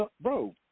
bro